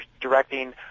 directing